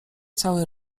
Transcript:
cały